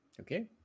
okay